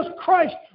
Christ